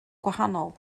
gwahanol